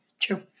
True